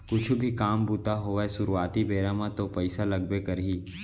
कुछु भी काम बूता होवय सुरुवाती बेरा म तो पइसा लगबे करही